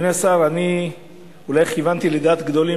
אדוני השר, אני אולי כיוונתי לדעת גדולים.